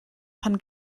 pan